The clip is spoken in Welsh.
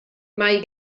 mae